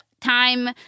time